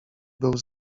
był